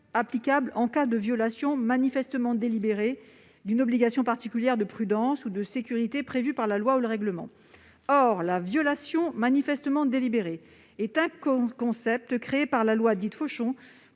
applicables en cas de violation manifestement délibérée d'une obligation particulière de prudence ou de sécurité prévue par la loi ou le règlement. Or la violation manifestement délibérée est un concept créé par la loi dite Fauchon